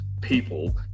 people